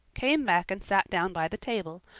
came back and sat down by the table,